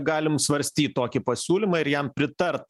galim svarstyt tokį pasiūlymą ir jam pritart